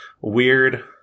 weird